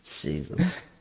Jesus